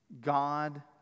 God